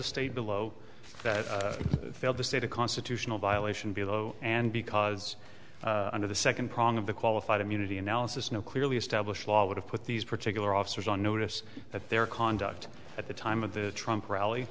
to state below that failed to state a constitutional violation below and because under the second prong of the qualified immunity analysis no clearly established law would have put these particular officers on notice that their conduct at the time of the trump rally